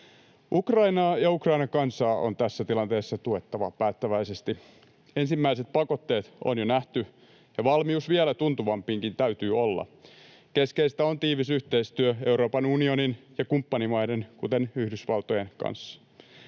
Ukrainaa ja Ukrainan kansaa on tässä tilanteessa tuettava päättäväisesti. Ensimmäiset pakotteet on jo nähty, ja valmius vielä tuntuvampiinkin täytyy olla. Keskeistä on tiivis yhteistyö Euroopan unionin ja kumppanimaiden, kuten Yhdysvaltojen, kanssa.